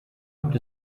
gibt